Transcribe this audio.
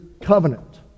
covenant